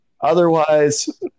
Otherwise